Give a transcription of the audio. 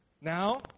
Now